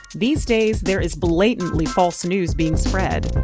these days there is blatantly false news being spread.